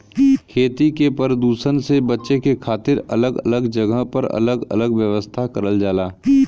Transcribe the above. खेती के परदुसन से बचे के खातिर अलग अलग जगह पर अलग अलग व्यवस्था करल जाला